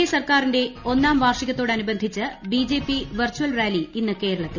A സർക്കാരിന്റെ ഒന്നാം വാർഷികത്തോടനുബന്ധിച്ച് ബിജെപി വെർച്ചൽ റാലി ഇന്ന് കേരളത്തിൽ